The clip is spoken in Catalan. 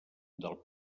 del